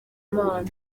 imana